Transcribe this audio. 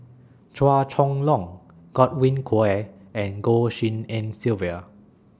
Chua Chong Long Godwin Koay and Goh Tshin En Sylvia